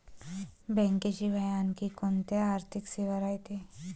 बँकेशिवाय आनखी कोंत्या आर्थिक सेवा रायते?